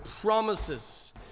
promises